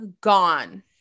gone